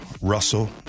Russell